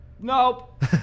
Nope